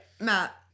Matt